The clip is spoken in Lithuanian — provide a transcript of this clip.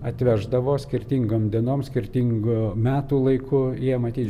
atveždavo skirtingom dienom skirtingu metų laiku jie matyt